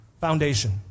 foundation